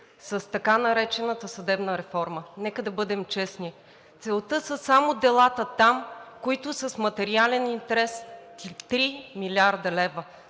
с така наречената съдебна реформа. Нека да бъдем честни – целта са само делата там, които са с материален интерес, 3 млрд. лв.